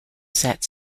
set